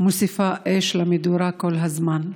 מוסיפה אש למדורה כל הזמן.